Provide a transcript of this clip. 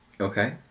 Okay